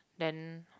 then